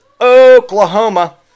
Oklahoma